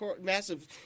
massive